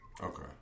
Okay